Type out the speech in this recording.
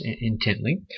intently